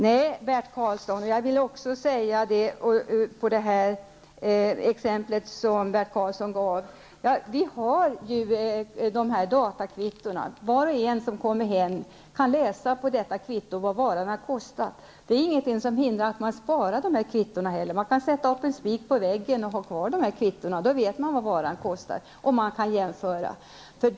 Jag hänvisar till det exempel Bert Karlsson gav. Det finns datakvitton. Var och en som kommer hem kan läsa på detta kvitto vad varorna har kostat. Det är ingenting som hindrar att man sparar på kvittona. Det går att sätta upp en spik på väggen och fästa kvittona där. Då vet man vad varan kostar och kan göra jämförelser.